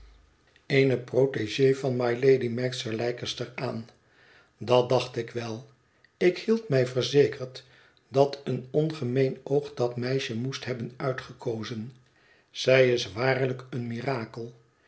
protégé e van mylady merkt sir leicester aan dat dacht ik wel ik hield mij verzekerd dat een ongemeen oog dat meisje moest hebben uitgekozen zij is waarlijk een mirakel